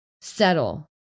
settle